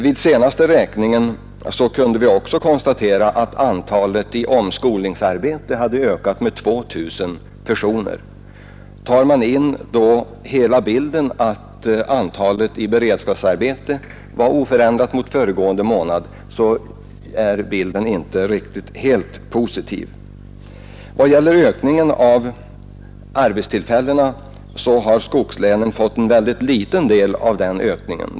Vid senaste räkningen kunde vi också konstatera att antalet i omskolningsarbete hade ökat med 2 000 personer. Tar man in i bilden att antalet i beredskapsarbete var oförändrat mot föregående månad, så är hela bilden inte positiv. Vad gäller ökningen av arbetstillfällena har skogslänen fått en mycket liten del av denna.